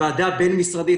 ועדה בין-משרדית.